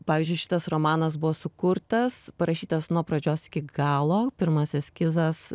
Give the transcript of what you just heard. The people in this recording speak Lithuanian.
pavyzdžiui šitas romanas buvo sukurtas parašytas nuo pradžios iki galo pirmas eskizas